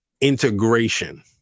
integration